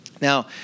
Now